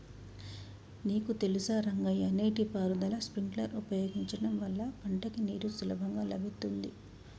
నీకు తెలుసా రంగయ్య నీటి పారుదల స్ప్రింక్లర్ ఉపయోగించడం వల్ల పంటకి నీరు సులభంగా లభిత్తుంది